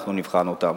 אנחנו נבחן אותם.